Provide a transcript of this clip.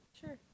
Sure